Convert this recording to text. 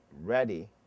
ready